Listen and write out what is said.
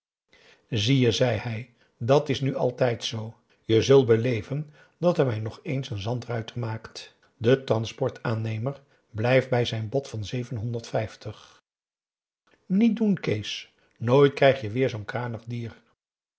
zie je zei hij dat is nu altijd zoo je zult beleven dat hij me nog eens zandruiter maakt de transportaannemer blijft bij zijn bod van zeven honderd vijftig niet doen kees nooit krijg je weêr zoo'n kranig dier